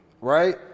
Right